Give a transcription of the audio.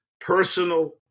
personal